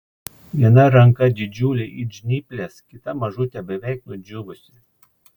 viena ranka didžiulė it žnyplės kita mažutė beveik nudžiūvusi